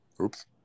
oops